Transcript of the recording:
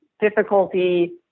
difficulty